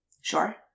Sure